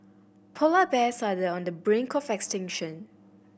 polar bears are the on the brink of extinction